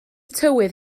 tywydd